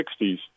1960s